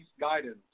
guidance